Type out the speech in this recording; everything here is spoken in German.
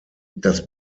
das